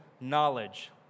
knowledge